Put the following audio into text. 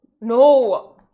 No